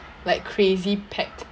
like crazy packed